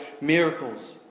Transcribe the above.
miracles